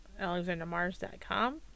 alexandermars.com